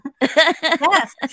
yes